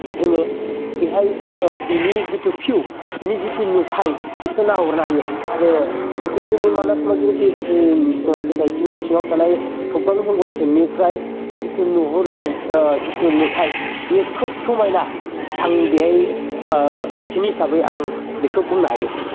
जोङो बेहाय बिनि जितु भिउ बेनि जितु नुथाइ बेखौ नाहरनो हायो आरो जितु जोंनि मानास मावजिगेन्द्रि एकादोजम सचाइटिनि सिङाव थानाय थबगां जंगल केम्पनिफ्राय जितु नुहुरनाय जितु नुथाइ बेयो खोब समाइना आं बेहाय खाथिनि हिसाबै बेखौ बुंनो हायो